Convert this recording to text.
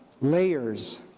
layers